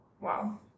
Wow